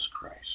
Christ